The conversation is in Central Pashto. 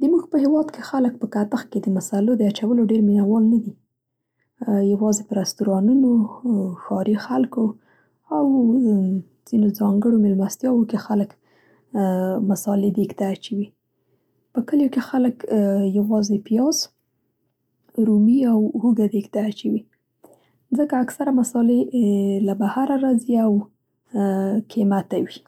د موږ په هېواد کې خلک په کتخ کې د مصالو د اچولو ډېر مينه وال نه دي، یوازې په رستورانونو، ښارونو او مېلمستيا وو کې خلک مصالې دېګ ته اچوي. په کلیو کې خلک یوازې پیاز، رومي او هوږه دېګ ته اچوي، ځګه اکثره مصالې له بهره راځي او کېمته وي.